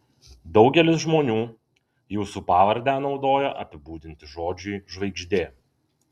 daugelis žmonių jūsų pavardę naudoja apibūdinti žodžiui žvaigždė